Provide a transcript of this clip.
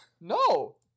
No